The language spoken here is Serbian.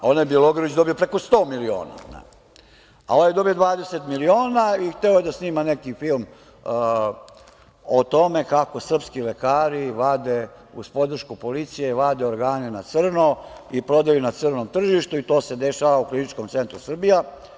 Onaj Bjelogrlić je dobio preko 100 miliona, a ovaj dobio 20 miliona i hteo da snima neki film o tome kako srpski lekari, uz podršku policije, vade organe na crno i prodaju na crnom tržištu i to se dešava u Kliničkom centru Srbije.